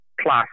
plus